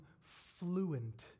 fluent